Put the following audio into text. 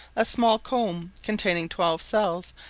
a small comb, containing twelve cells,